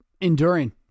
enduring